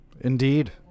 Indeed